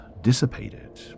dissipated